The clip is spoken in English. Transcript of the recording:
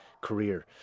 career